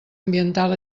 ambiental